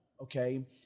okay